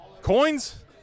Coins